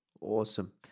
Awesome